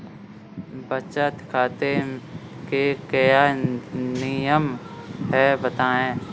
बचत खाते के क्या नियम हैं बताएँ?